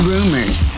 Rumors